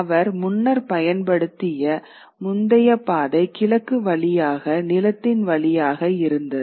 அவர் முன்னர் பயன்படுத்திய முந்தைய பாதை கிழக்கு வழியாக நிலத்தின் வழியாக இருந்தது